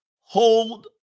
Hold